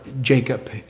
Jacob